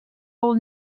all